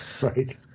Right